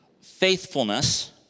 faithfulness